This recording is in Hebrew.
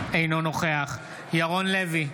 אינו נוכח ירון לוי,